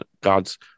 God's